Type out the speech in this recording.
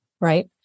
right